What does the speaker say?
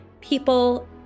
people